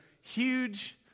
huge